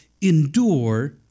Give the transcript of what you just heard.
endure